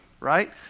right